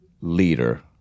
leader